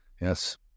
Yes